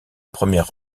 première